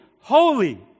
holy